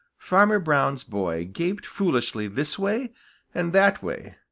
farmer brown's boy gaped foolishly this way and that way.